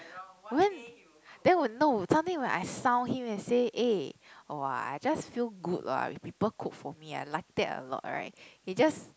when then when no sometime when I sound him and say eh oh I just feel good lah people cook for me I like that a lot right he just